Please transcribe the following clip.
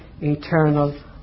eternal